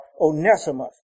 Onesimus